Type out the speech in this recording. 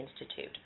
Institute